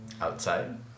Outside